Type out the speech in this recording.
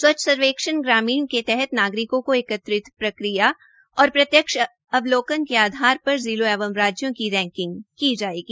स्वच्छ सर्वेक्षण के तहत नागरिकों से एकत्रित प्रक्रिया और प्रतिक्रिया और अवलोकन के आधार पर जिलों एवं राज्यों के रैकिंग की जायेगी